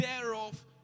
thereof